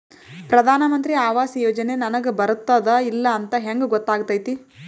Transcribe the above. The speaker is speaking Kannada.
ಪ್ರಧಾನ ಮಂತ್ರಿ ಆವಾಸ್ ಯೋಜನೆ ನನಗ ಬರುತ್ತದ ಇಲ್ಲ ಅಂತ ಹೆಂಗ್ ಗೊತ್ತಾಗತೈತಿ?